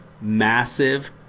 massive